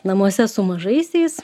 namuose su mažaisiais